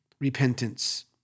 Repentance